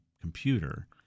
computer